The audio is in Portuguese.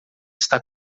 está